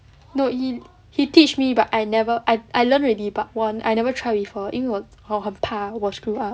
no he he teach me but I never I learned already but 我 I never try before 因为我很怕我 screw up